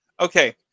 Okay